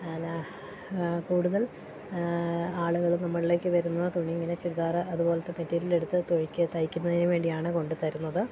എന്നാ കൂടുതൽ ആളുകൾ നമ്മളിലേക്ക് വരുന്നത് തുണി ഇങ്ങനെ ചുരിദാറ് അതുപോലെത്തെ മെറ്റീരിലെടുത്ത് തുണിക്ക് തയ്ക്കുന്നതിന് വേണ്ടിയാണ് കൊണ്ട് തരുന്നത്